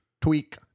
Tweak